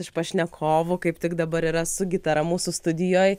iš pašnekovų kaip tik dabar yra su gitara mūsų studijoj